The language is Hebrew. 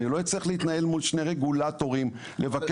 אני לא אצטרך להתנהל מול שני רגולטורים,